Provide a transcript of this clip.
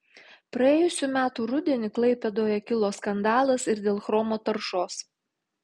praėjusių metų rudenį klaipėdoje kilo skandalas ir dėl chromo taršos